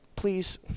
please